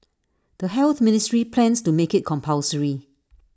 the health ministry plans to make IT compulsory